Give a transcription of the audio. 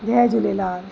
Jay Jhulelal